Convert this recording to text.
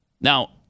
Now